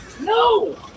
No